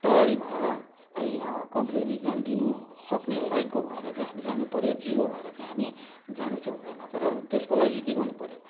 तयारी भएर है कम्पिटेटिभ इक्जाम दिनु सक्ने लाइकको भएर चाहिँ हामी जानुपऱ्यो जिरो भएर चाहिँ हामी जानु चाहिँ हुँदैन तर त्यसको लागि के गर्नुपऱ्यो